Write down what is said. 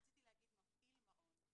רציתי להגיד שיהיה "מפעיל מעון".